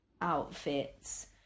outfits